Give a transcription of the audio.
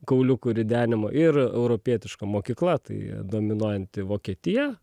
kauliukų ridenimo ir europietiška mokykla tai dominuojanti vokietija